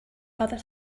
other